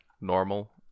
normal